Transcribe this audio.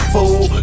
Fool